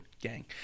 gang